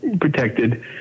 protected